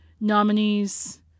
nominee's